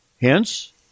Hence